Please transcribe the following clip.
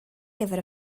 gyfer